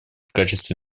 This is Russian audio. качестве